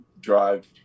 drive